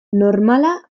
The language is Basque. normala